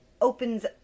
opens